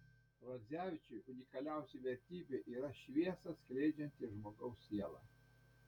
radzevičiui unikaliausia vertybė yra šviesą skleidžianti žmogaus siela